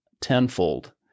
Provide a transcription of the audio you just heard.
tenfold